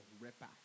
ripper